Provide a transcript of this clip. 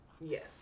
Yes